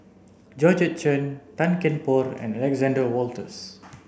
Georgette Chen Tan Kian Por and Alexander Wolters